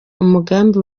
umugambi